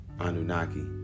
anunnaki